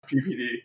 ppd